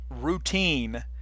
routine